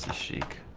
shake